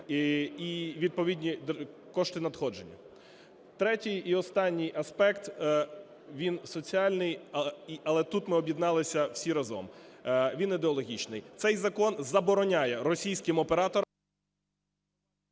і відповідні кошти надходжень. Третій і останній аспект, він соціальний. Але тут ми об'єдналися всі разом. Він ідеологічний. Цей закон забороняє російським операторам…